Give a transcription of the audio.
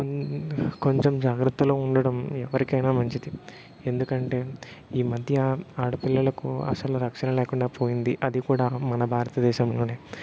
కొన్ని కొంచెం జాగ్రత్తలో ఉండడం ఎవరికైనా మంచిదే ఎందుకంటే ఈ మధ్య ఆడపిల్లలకు అసలు రక్షణ లేకుండా పోయింది అది కూడా మన భారతదేశంలోనే